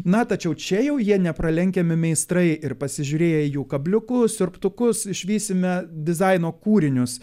na tačiau čia jau jie nepralenkiami meistrai ir pasižiūrėję į jų kabliukus siurbtukus išvysime dizaino kūrinius